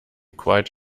quite